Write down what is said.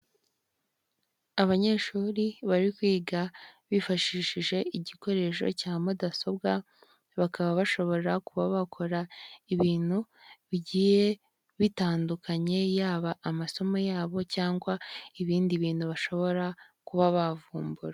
Abanyeshuri bari kwiga bifashishije igikoresho cya mudasobwa, bakaba bashobora kuba bakora ibintu bigiye bitandukanye, yaba amasomo yabo cyangwa ibindi bintu bashobora kuba bavumbura.